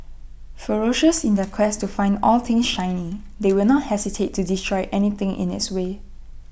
ferocious in their quest to find all things shiny they will not hesitate to destroy anything in its way